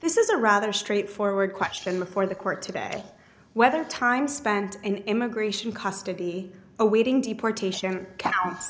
this is a rather straightforward question before the court today whether time spent in immigration custody awaiting deportation counts